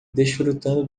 desfrutando